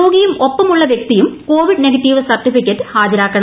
രോഗിയും ഒപ്പമുള്ള വൃക്തിയും covid negative certificate ഹാജരാക്കണം